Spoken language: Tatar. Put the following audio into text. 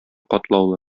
катлаулы